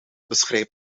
beschrijft